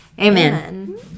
Amen